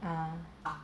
ah